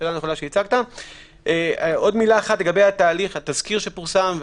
עוד דבר לגבי התהליך, התזכיר פורסם.